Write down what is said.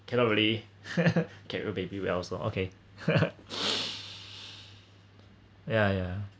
cannot really carry the baby well loh so okay ya ya